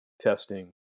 testing